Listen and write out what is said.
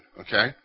okay